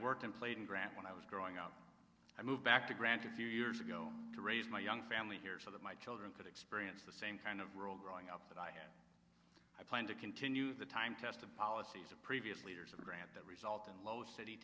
worked and played in grant when i was growing up i moved back to grant a few years ago to raise my young family here so that my children could experience the same kind of world growing up that i had i plan to continue the time tested policies of previous leaders of grant that result in lowe